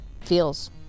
feels